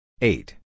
Eight